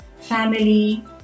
family